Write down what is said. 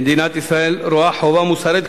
מדינת ישראל רואה חובה מוסרית,